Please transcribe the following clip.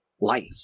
life